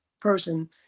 person